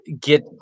get